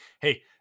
hey